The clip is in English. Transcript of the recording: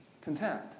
content